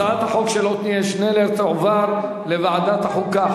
הצעת החוק של עתניאל שנלר תועבר לוועדת החוקה,